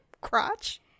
crotch